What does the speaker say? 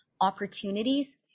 opportunities